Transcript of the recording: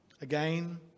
Again